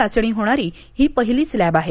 चाचणी होणारी ही पहिलीच लॅब आहे